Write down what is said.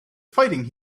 fighting